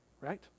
Right